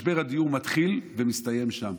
משבר הדיור מתחיל ומסתיים שם.